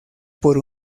por